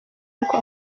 ariko